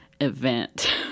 event